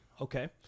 Okay